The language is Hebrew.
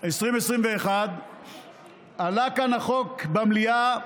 2021 עלה כאן החוק, במליאה,